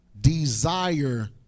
Desire